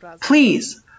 Please